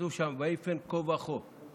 כתוב שם: "ויפן כה וכה".